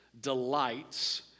delights